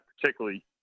particularly